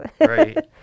Right